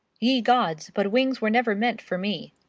ye gods, but wings were never meant for me.